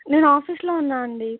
నేను ఆఫీస్లో ఉన్నా అండి